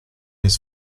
his